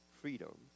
freedom